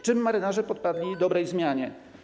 Czym marynarze podpadli dobrej zmianie?